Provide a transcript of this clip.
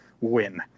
win